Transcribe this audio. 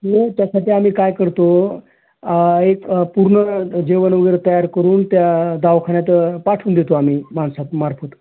हो त्यासाठी आम्ही काय करतो एक पूर्ण जेवण वगैरे तयार करून त्या दवाखान्यात पाठवून देतो आम्ही माणसामार्फत